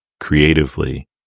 creatively